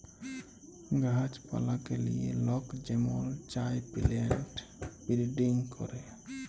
গাহাছ পালাকে লিয়ে লক যেমল চায় পিলেন্ট বিরডিং ক্যরে